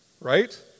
right